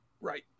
Right